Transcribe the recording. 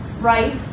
right